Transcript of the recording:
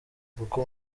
kuko